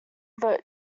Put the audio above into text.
vote